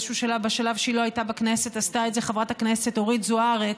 בשלב שהיא לא הייתה בכנסת עשתה את זה חברת הכנסת אורית זוארץ,